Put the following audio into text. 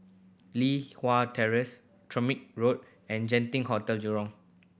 Li Hwan Terrace Tamarind Road and Genting Hotel Jurong